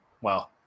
Wow